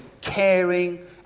caring